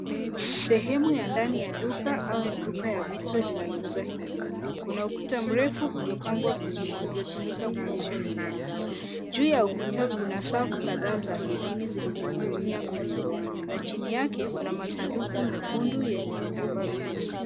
Sehemu ya ndani ya duka au duka ya vitu linalouza herini. Kuna ukuta mrefu uliopambwa vizuri, uliotumika kuonyesha herini. Juu ya ukuta kuna safu kadhaa za herini zilizoning'inia kwenye ndoani na chini yake, kuna masanduku mekundu yenye vitambaa vyeusi.